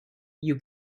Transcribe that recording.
you